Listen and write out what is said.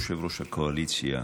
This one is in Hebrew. יושב-ראש הקואליציה,